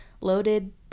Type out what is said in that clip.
loaded